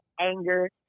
anger